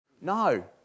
No